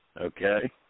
Okay